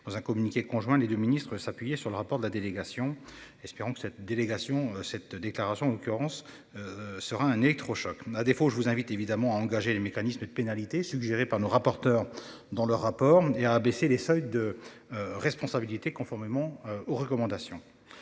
Dans un communiqué conjoint, les 2 ministres, s'appuyer sur le rapport de la délégation. Espérons que cette délégation cette déclaration occurrence. Sera un électrochoc à défaut je vous invite évidemment à engager le mécanisme de pénalités suggérés par nos rapporteurs dans le rapport et à abaisser les seuils de responsabilités, conformément aux recommandations.